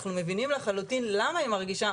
אנחנו מבינים לחלוטין למה היא מרגישה,